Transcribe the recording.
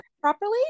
properly